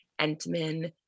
Entman